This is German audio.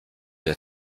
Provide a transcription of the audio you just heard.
der